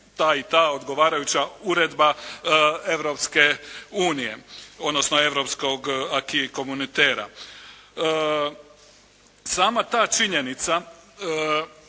ta i ta odgovarajuća uredba Europske unije odnosno europskog Acqui Communitairea. Sama ta činjenica,